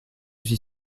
suis